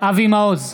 אבי מעוז,